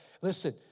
Listen